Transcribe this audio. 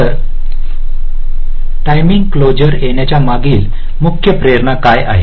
तर timing closure येण्याच्या मागील मुख्य प्रेरणा काय आहे